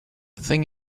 thing